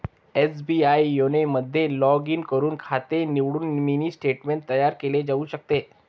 SBI YONO मध्ये log in करून खाते निवडून मिनी स्टेटमेंट तयार केले जाऊ शकते